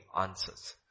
answers